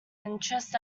interest